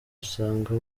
usanga